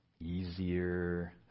easier